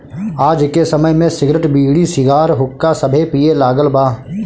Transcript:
आज के समय में सिगरेट, बीड़ी, सिगार, हुक्का सभे पिए लागल बा